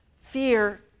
Fear